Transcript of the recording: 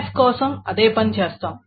3NF కోసం అదే పనిచేసాము